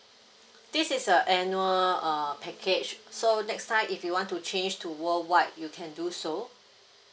this is a annual err package so next time if you want to change to worldwide you can do so